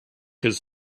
his